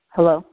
Hello